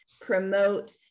promote